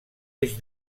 eix